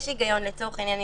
לצורך העניין,